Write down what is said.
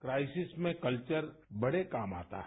crisis में कल्वर बड़े काम आता है